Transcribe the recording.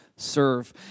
serve